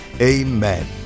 Amen